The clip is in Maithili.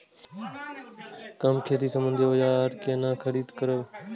हम खेती सम्बन्धी औजार केना खरीद करब?